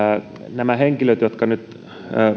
nämä henkilöt jotka nyt